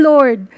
Lord